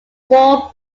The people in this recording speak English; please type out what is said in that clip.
four